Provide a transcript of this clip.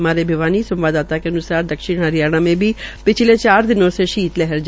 हमारे भिवानी संवाददाता के अन्सार दक्षिण हरियाणा में भी पिछले चार दिनों से शीत लहर जारी है